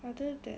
other than